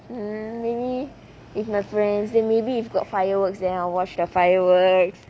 mm maybe if my friends maybe if got fireworks then I'll watch the fireworks